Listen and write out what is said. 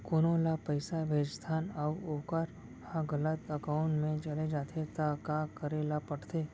कोनो ला पइसा भेजथन अऊ वोकर ह गलत एकाउंट में चले जथे त का करे ला पड़थे?